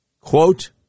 quote